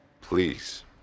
Please